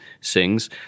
sings